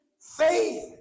faith